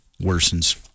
worsens